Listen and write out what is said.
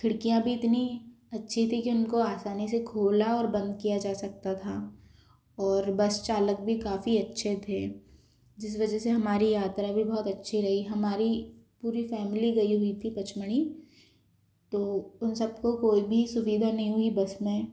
खिड़कियाँ भी इतनी अच्छी थी कि इनको आसानी से खोला और बंद किया जा सकता था और बस चालक भी काफ़ी अच्छे थे जिस वजह से हमारी यात्रा भी बहुत अच्छी रही हमारी पूरी फ़ैमिली गई हुई थी पचमणी तो उन सबको कोई भी सुविधा नहीं हुई बस में